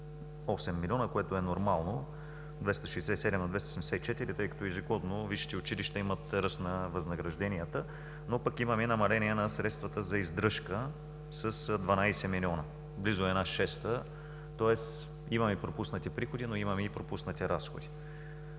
8 милиона, което е нормално – 267 на 274, тъй като ежегодно висшите училища имат ръст на възнагражденията, но пък имаме и намаление на средствата за издръжка с 12 милиона – близо една шеста. Тоест имаме пропуснати приходи, но имаме и пропуснати разходи.